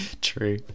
True